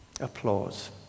applause